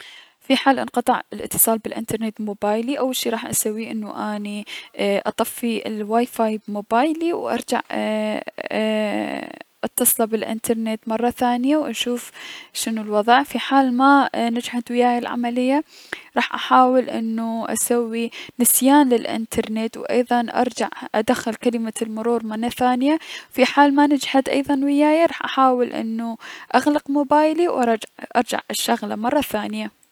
في حال انقطع الأنترنت بموبايلي اول شي راح اسويه اي اطفي الوايفاي بموبايلي و ارجع اي ايي- اتصله بالأنترنت مرة ثانية و اشوف شنو الوضع اي- في حال ما نجحت وياية العملية راح احاول انو اسوي نسيان للأنترنت و ارجع ادخل كلمة المرور مرة ثانية, في حال ما نجحت ايضا وياية راح احاول انو اغلق موبايلي و ارج- الرجع اشغله مرة ثانية.